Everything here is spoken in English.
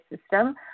system